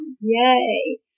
Yay